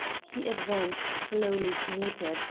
he advanced slowly to meet it,